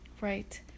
Right